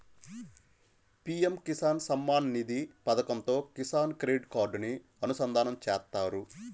PM Kisan Samman Nidhi పథకంతో Kisan credit కార్డుని అనుసంధానం చేత్తారు